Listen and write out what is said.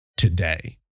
today